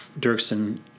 Dirksen